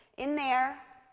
in there,